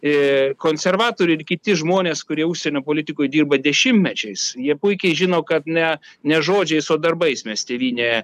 ir konservatoriai ir kiti žmonės kurie užsienio politikoj dirba dešimtmečiais jie puikiai žino kad ne ne žodžiais o darbais mes tėvynę